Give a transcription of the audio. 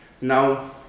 Now